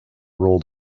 rolled